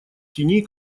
тени